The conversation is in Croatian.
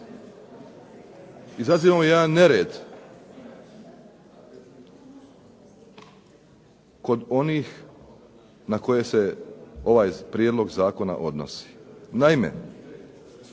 Izazivamo jedan nered kod onih na koje se ovaj prijedlog zakona odnosi. Naime,